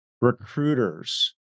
recruiters